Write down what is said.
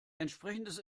entsprechendes